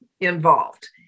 involved